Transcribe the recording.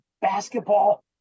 basketball